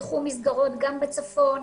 נפתחו מסגרות גם בצפון,